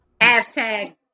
Hashtag